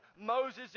Moses